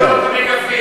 אני לא יכול בלי כאפיה.